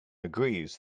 agrees